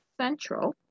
Central